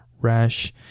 rash